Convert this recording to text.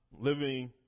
living